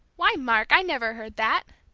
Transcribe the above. why, mark, i never heard that!